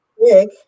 big